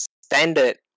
standard